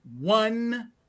one